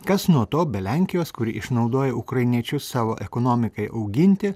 kas nuo to be lenkijos kuri išnaudoja ukrainiečius savo ekonomikai auginti